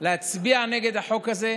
להצביע נגד החוק הזה,